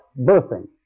birthing